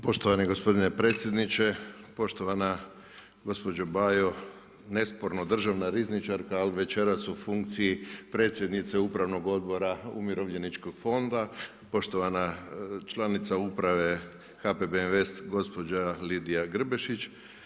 Poštovani gospodine predsjedniče, poštovana gospođo Bajo nesporno državna rizničarka, ali večeras u funkciji predsjednice Upravnog odbora Umirovljeničkog fonda, poštovana članica Uprave HPB Invest gospođa Lidija Grbešić.